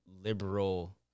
liberal